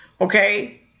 okay